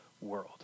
world